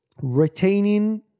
retaining